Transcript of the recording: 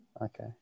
Okay